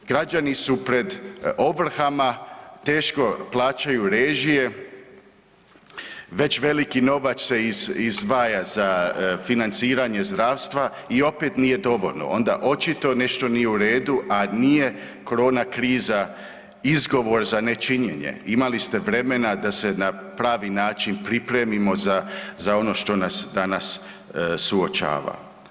Građani su pred ovrhama, teško plaćaju režije, već veliki novac se izdvaja za financiranje zdravstva i opet nije dovoljno, onda očito nešto nije u redu, a nije korona kriza izgovor za nečinjenje, imali ste vremena da se na pravi način pripremimo za, za ono što nas danas suočava.